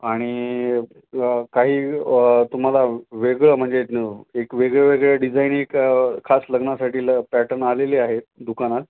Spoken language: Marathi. आणि काही तुम्हाला वेगळं म्हणजे एक वेगळेवेगळे डिझाईनी खास लग्नासाठी ल पॅटर्न आलेले आहेत दुकानात